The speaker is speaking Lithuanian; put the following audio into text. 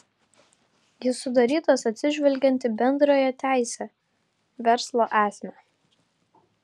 jis sudarytas atsižvelgiant į bendrąją teisę verslo esmę